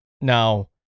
now